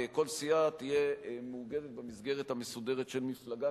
כל סיעה תהיה מאוגדת במסגרת המסודרת של מפלגה,